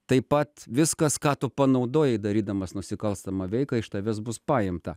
taip pat viskas ką tu panaudojai darydamas nusikalstamą veiką iš tavęs bus paimta